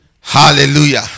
Hallelujah